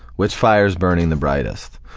which fire's burning the brightest?